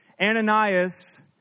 Ananias